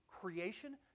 creation